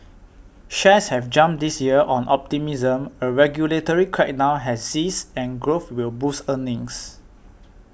shares have jumped this year on optimism a regulatory crackdown has eased and growth will boost earnings